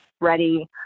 ready